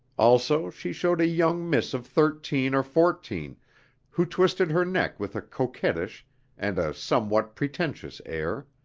also she showed a young miss of thirteen or fourteen who twisted her neck with a coquettish and a somewhat pretentious air